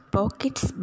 Pockets